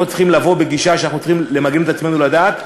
אנחנו לא צריכים לבוא בגישה שאנחנו צריכים למגן את עצמנו לדעת.